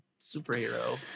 superhero